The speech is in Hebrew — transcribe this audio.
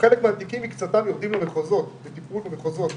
מקצתם יורדים לטיפול במחוזות.